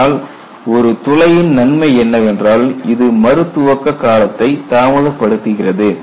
ஆனால் ஒரு துளையின் நன்மை என்னவென்றால் இது மறு துவக்க காலத்தை தாமதப்படுத்துகிறது